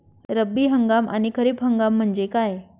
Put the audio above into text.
रब्बी हंगाम आणि खरीप हंगाम म्हणजे काय?